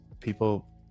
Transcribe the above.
people